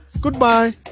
goodbye